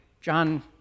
John